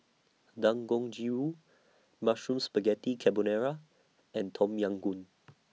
Dangojiru Mushroom Spaghetti Carbonara and Tom Yam Goong